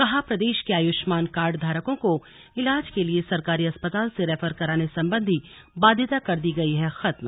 कहा प्रदेश के आयुष्मान कार्ड धारकों को ईलाज के लिए सरकारी अस्पताल से रेफर कराने संबंधी बाध्यता कर दी गई है खत्म